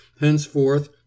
Henceforth